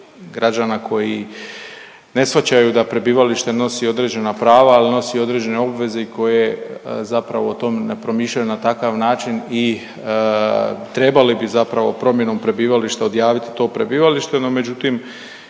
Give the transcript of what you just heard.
građana koji ne shvaćaju da prebivalište nosi određena prava, ali nosi i određene obveze i koje zapravo o tom ne promišljaju na takav način i trebali bi zapravo promjenom prebivališta odjaviti to prebivalište, no međutim,